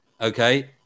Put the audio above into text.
okay